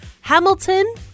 Hamilton